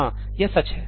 हाँ यह सच है